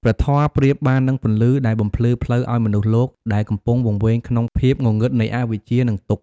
ព្រះធម៌ប្រៀបបាននឹងពន្លឺដែលបំភ្លឺផ្លូវឱ្យមនុស្សលោកដែលកំពុងវង្វេងក្នុងភាពងងឹតនៃអវិជ្ជា និងទុក្ខ។